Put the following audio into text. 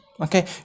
okay